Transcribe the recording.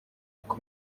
kuko